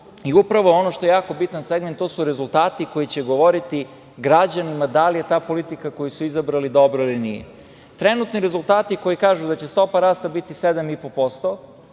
Upravo ono što je jako bitan segment, to su rezultati koji će govoriti građanima da li je ta politika koju su izabrali dobra ili nije. Trenutni rezultati koji kažu da će stopa rasta biti 7,5%,